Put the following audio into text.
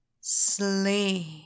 sleep